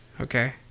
Okay